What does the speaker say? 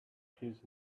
his